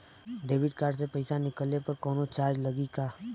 Debit card से पैसा निकलले पर कौनो चार्ज लागि का?